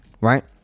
right